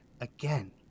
again